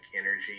energy